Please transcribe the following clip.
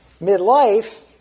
Midlife